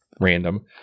random